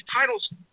titles